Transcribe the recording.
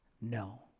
No